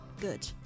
good